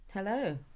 Hello